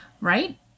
Right